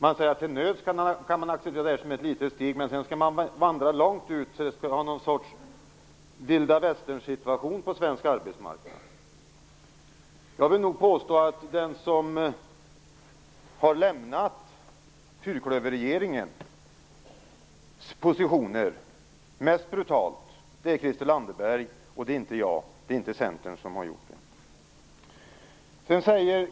Nu heter det att man till nöds kan acceptera det här som ett litet steg, men sedan skall man vandra långt ut. Skall vi ha en sorts Vilda Västern-situation på svensk arbetsmarknad? Jag vill nog påstå att den som mest brutalt har lämnat fyrklöverrregeringens positioner är Christel Anderberg - inte jag och inte heller Centern.